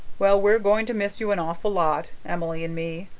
well, we're going to miss you an awful lot, emily and me.